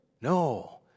No